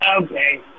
Okay